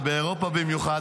ובאירופה במיוחד,